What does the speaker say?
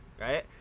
right